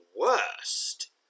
worst